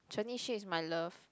Chen-Yi-Xun is my love